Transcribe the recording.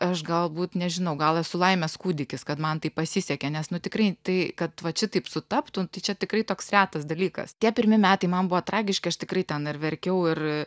aš galbūt nežinau gal esu laimės kūdikis kad man taip pasisekė nes nu tikrai tai kad vat šitaip sutaptų tai čia tikrai toks retas dalykas tie pirmi metai man buvo tragiški aš tikrai ten ir verkiau ir